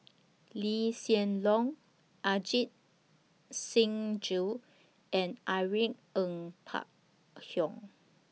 Lee Hsien Loong Ajit Singh Gill and Irene Ng Phek Hoong